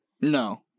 No